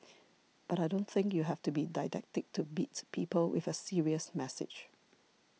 but I don't think you have to be didactic to beat people with a serious message